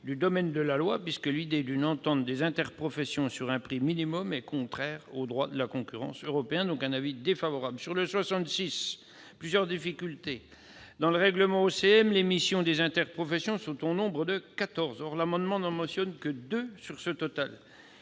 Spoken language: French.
dans la loi, puisque l'idée d'une entente des interprofessions sur un prix minimum est contraire au droit de la concurrence européen. Avis défavorable. L'amendement n° 66 pose plusieurs difficultés. Dans le règlement OCM, les missions des interprofessions sont au nombre de quatorze. L'amendement n'en mentionne que deux sur ce total.